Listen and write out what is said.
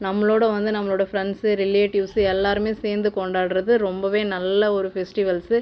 நம்ளோட வந்து நம்ளோட ஃப்ரண்ட்ஸ் ரிலேட்டிவ்ஸ் எல்லாருமே சேர்ந்து கொண்டாடுறது ரொம்பவே நல்ல ஒரு ஃபெஸ்ட்டிவல்சு